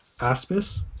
Aspis